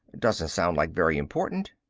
doesn't sound like very important.